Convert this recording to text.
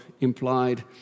implied